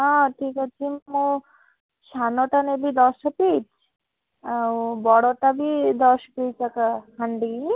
ହଁ ଠିକ୍ ଅଛି ମୁଁ ସାନ ଟା ନେବି ଦଶ ପିସ୍ ଆଉ ବଡ଼ଟା ବି ଦଶ ପିସ୍ ଲେଖାଁ ହାଣ୍ଡି